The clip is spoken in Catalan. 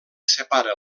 separa